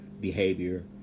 behavior